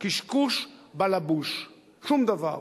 קשקוש בלבוש, שום דבר.